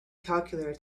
calculator